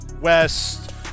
West